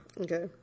Okay